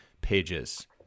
pages